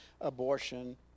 abortion